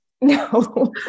No